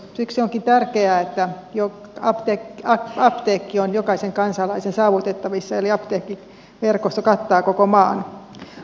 siksi onkin tärkeää että apteekki on jokaisen kansalaisen saavutettavissa eli apteekkiverkosto kattaa koko maan